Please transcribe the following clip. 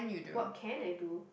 what can I do